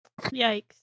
Yikes